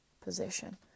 position